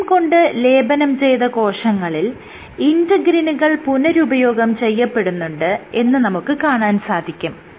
GM കൊണ്ട് ലേപനം ചെയ്ത കോശങ്ങളിൽ ഇന്റെഗ്രിനുകൾ പുനഃരുപയോഗം ചെയ്യപ്പെടുന്നുണ്ട് എന്ന് നമുക്ക് കാണാൻ സാധിക്കും